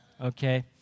okay